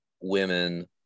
women